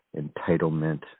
entitlement